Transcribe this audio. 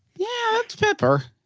yeah. that's pepper.